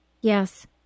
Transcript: Yes